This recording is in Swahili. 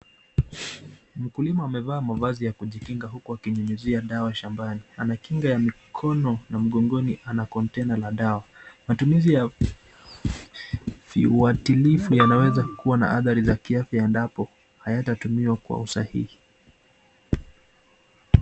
Mkulima amevaa mavazi ya kujikinga huku akinyunyuzia dawa shambani. Anakinga ya mkono na mgogoni ana {container} la dawa. Matumizi yaviwatilifu yanaweza kuwa na athari za kiafya endapo hayatatumiwa kwa usahihi.